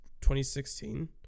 2016